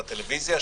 בטלוויזיה,